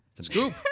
Scoop